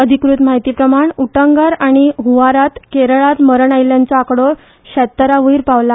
अधिकृत म्हायतीप्रमाण उटंगार आनी हुंवारात केरळात मरण आयिल्ल्यांचो आकडो श्यात्तरावयर पावला